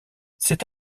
s’est